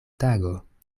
tago